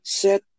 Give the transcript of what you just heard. set